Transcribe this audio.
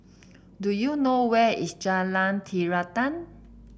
do you know where is Jalan Terentang